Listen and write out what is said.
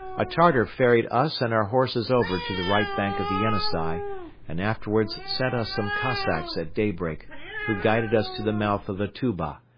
a tartar ferried us and our horses over to the right bank of the yenisei and afterwards sent us some cossacks at daybreak who guided us to the mouth of the tuba,